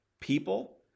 People